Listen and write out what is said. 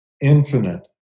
infinite